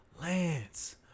Lance